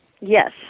Yes